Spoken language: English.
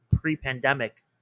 pre-pandemic